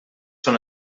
són